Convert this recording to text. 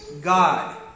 God